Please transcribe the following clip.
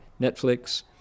Netflix